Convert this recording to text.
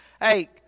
Hey